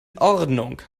ordnung